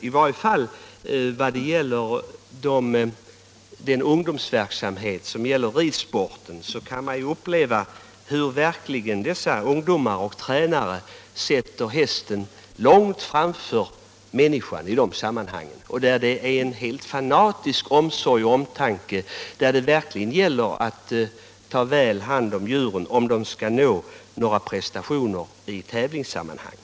Den som har sett ungdomar som ägnar sig åt ridsporten har också kunnat konstatera att dessa ungdomar och tränare sätter hästen långt före människan — det visas en helt fanatisk omsorg och omtanke om hästen, och det gäller verkligen att ta väl hand om djuren om de skall nå prestationer i tävlingssammanhang.